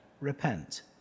repent